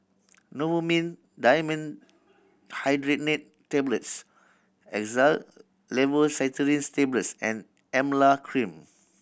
Novomin Dimenhydrinate Tablets Xyzal Levocetirizine Tablets and Emla Cream